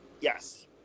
Yes